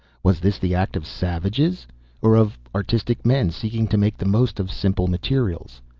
was this the act of savages or of artistic men seeking to make the most of simple materials?